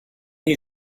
you